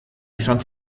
izan